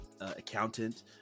Accountant